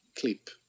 clip